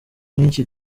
nk’iki